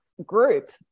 group